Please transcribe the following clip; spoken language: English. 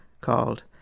called